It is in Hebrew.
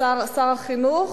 שר החינוך,